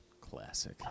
Classic